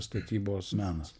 statybos menas